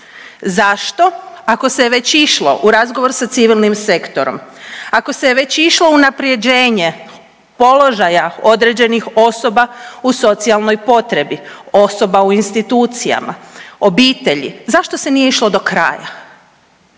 Zašto ako se već išlo u razgovor sa civilnim sektorom, ako se je već išlo unaprjeđenje položaja određenih osoba u socijalnoj potrebi, osoba u institucijama, obitelji, zašto se nije išlo do kraja,